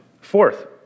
Fourth